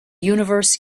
universe